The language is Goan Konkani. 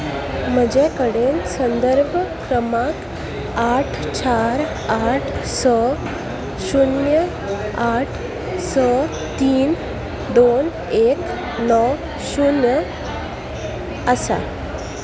म्हजे कडेन संदर्भ क्रमांक आठ चार आठ स शुन्य आठ स तीन दोन एक णव शुन्य आसा